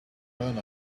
turned